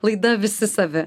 laida visi savi